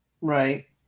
right